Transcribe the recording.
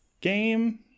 game